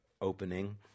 opening